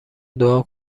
دعا